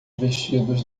vestidos